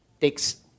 takes